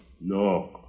No